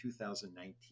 2019